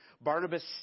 Barnabas